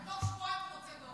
ותוך שבועיים הוא רוצה דוח.